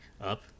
up